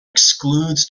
excludes